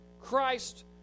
Christ